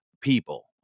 people